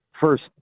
first